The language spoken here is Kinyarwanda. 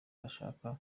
arashaka